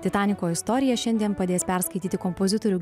titaniko istoriją šiandien padės perskaityti kompozitorių